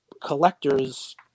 collectors